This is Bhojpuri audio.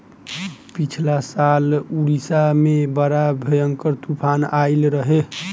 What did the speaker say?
पिछला साल उड़ीसा में बड़ा भयंकर तूफान आईल रहे